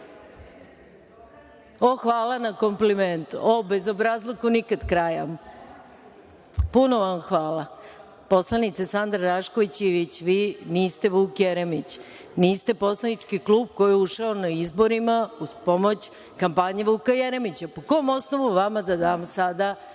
na komplimentu. Bezobrazluku nikad kraja. Puno vam hvala. Poslanice Sanda Rašković Ivić, vi niste Vuk Jeremić. Niste poslanički klub koji je ušao na izborima uz pomoć kampanja Vuka Jeremića. Po kom osnovu vama da dam sada